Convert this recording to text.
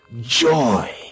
joy